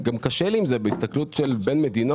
גם קשה לי עם זה בהסתכלות של בין מדינות,